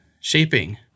Shaping